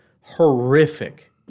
horrific